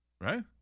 Right